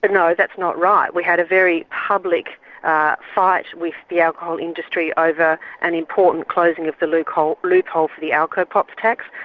but no that's not right, we had a very public ah fight with the alcohol industry over an important closing of the loophole loophole for the alcopop tax,